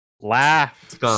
Laugh